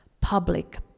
public